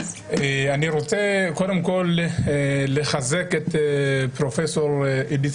אני רוצה קודם כול לחזק את פרופ' עידית